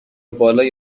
بالای